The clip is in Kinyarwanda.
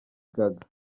gaga